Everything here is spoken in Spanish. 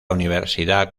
universidad